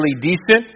decent